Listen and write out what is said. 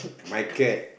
my cat